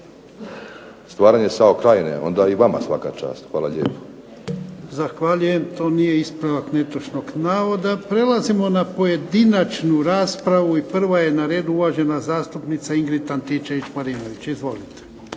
stvaranje SAO Krajine, onda i vama svaka čast. Hvala lijepa. **Jarnjak, Ivan (HDZ)** Zahvaljujem. To nije ispravak netočnog navoda. Prelazimo na pojedinačnu raspravu i prva je na redu uvažena zastupnica Ingrid Antičević-Marinović. Izvolite.